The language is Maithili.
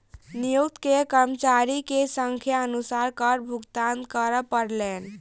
नियोक्ता के कर्मचारी के संख्या अनुसार कर भुगतान करअ पड़लैन